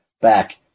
back